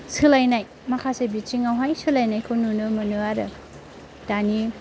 सोलायनाय माखासे बिथिङावहाय सोलायनायखौ नुनो मोनो आरो दानि